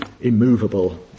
immovable